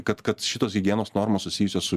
kad kad šitos higienos normos susijusios su